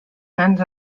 cants